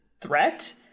threat